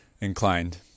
inclined